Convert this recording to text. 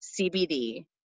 CBD